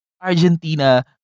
Argentina